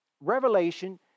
Revelation